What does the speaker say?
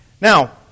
now